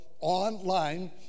online